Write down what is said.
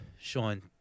Sean